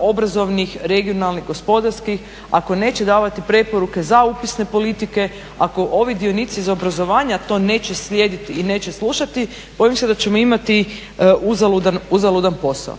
obrazovnih, regionalnih, gospodarskih, ako neće davati preporuke za upisne politike, ako ovi dionici za obrazovanja to neće slijediti i neće slušati bojim se da ćemo imati uzaludan posao.